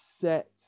set